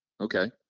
okay